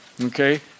Okay